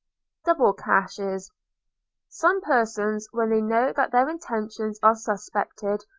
double caches some persons, when they know that their intentions are suspected,